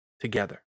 together